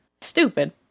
Stupid